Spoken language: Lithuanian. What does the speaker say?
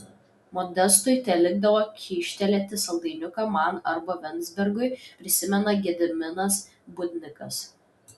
modestui telikdavo kyštelėti saldainiuką man arba venzbergui prisimena gediminas budnikas